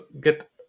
get